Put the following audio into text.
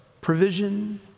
Provision